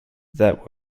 that